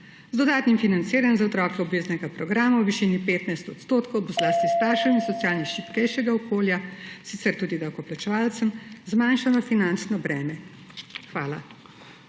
Z dodatnim financiranjem obveznega programa za otroke v višini 15 % bo zlasti staršev in socialno šibkejšega okolja, sicer tudi davkoplačevalcem, zmanjšana finančno breme. Hvala.